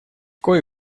кое